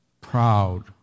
proud